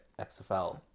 XFL